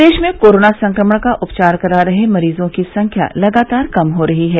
प्रदेश में कोरोना संक्रमण का उपचार करा रहे मरीजों की संख्या लगातार कम हो रही है